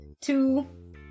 Two